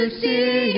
see